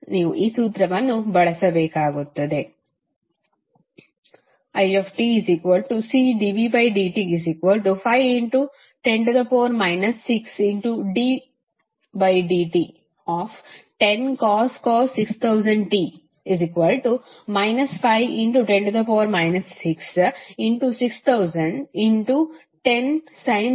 ನೀವು ಸೂತ್ರವನ್ನು ಬಳಸಬೇಕಾಗುತ್ತದೆ itCdvdt510 6ddt10cos 6000t 510 6600010sin 6000t 0